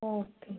okay